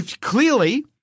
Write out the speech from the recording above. Clearly